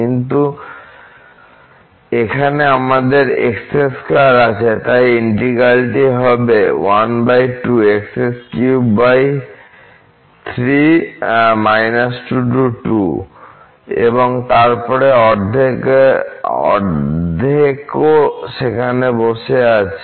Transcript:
কিন্তু এখানে আমাদের x2 আছে তাই ইন্টিগ্র্যাল হল এবং তারপর অর্ধেকও সেখানে বসে আছে